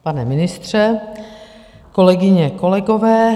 Pane ministře, kolegyně, kolegové.